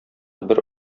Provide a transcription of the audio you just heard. бер